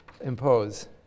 impose